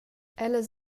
ellas